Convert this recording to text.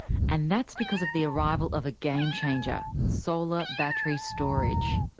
and that's because of the arrival of a game-changer solar battery storage.